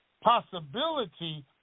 possibility